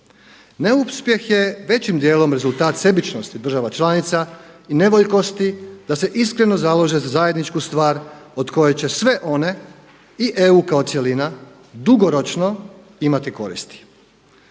Neuspjeh je većim dijelom rezultat sebičnosti država članica i nevoljkosti da se iskreno založe za zajedničku stvar od koje će sve one i EU kao cjelina dugoročno imati koristi.